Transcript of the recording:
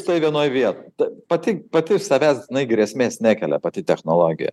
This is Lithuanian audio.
tai vienoj vie pati pati iš savęs jinai grėsmės nekelia pati technologija